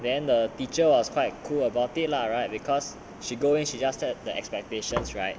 then the teacher was quite cool about it lah right because she go in she just set the expectations right